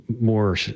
more